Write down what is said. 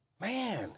Man